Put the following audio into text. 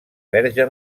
verge